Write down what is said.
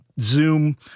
Zoom